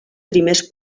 primers